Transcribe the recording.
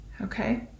Okay